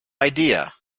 idea